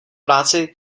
práci